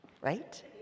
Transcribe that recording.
Right